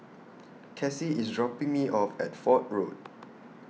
Cassie IS dropping Me off At Fort Road